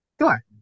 Sure